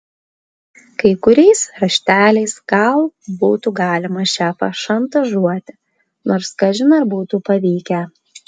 kai kuriais rašteliais gal būtų galima šefą šantažuoti nors kažin ar būtų pavykę